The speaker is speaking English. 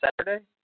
Saturday